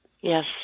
yes